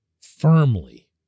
firmly